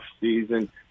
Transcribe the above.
season